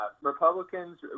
Republicans